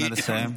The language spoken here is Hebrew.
נא לסיים.